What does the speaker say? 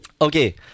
Okay